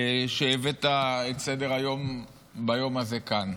שהבאת לסדר-היום ביום הזה כאן.